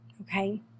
okay